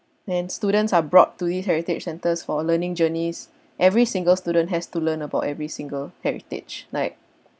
and students are brought to this heritage centers for learning journeys every single student has to learn about every single heritage like